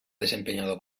desempeñado